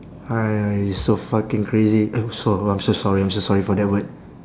I don't know it's so fucking crazy eh so~ I'm so sorry I'm so sorry for that word